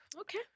Okay